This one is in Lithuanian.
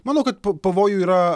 manau kad pa pavojų yra